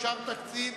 אושר תקציב